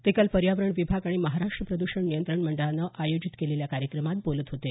ते काल पर्यावरण विभाग आणि महाराष्ट प्रदषण नियंत्रण मंडळाने आयोजित केलेल्या कार्यक्रमात बोलत होते